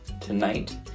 tonight